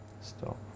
Stop